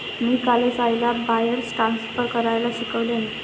मी कालच आईला wires transfer करायला शिकवले आहे